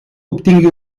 obtingui